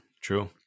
True